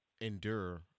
endure